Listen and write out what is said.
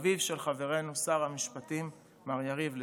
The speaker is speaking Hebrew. אביו של חברנו שר המשפטים מר יריב לוין.